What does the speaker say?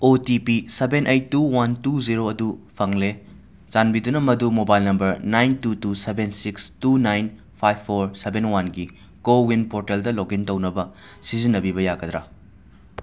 ꯑꯣ T P seven eight two one two zero ꯑꯗꯨ ꯐꯪꯂꯦ ꯆꯥꯟꯕꯤꯗꯨꯅ ꯃꯗꯨ mobile number nine two two seven six two nine five four seven ꯋꯥꯟꯒꯤ CoWIN ꯄꯣꯔꯇꯦꯜꯗ ꯂꯣꯒ ꯏꯟ ꯇꯧꯅꯕ ꯁꯤꯖꯤꯟꯅꯕꯤꯕ ꯌꯥꯒꯗ꯭ꯔꯥ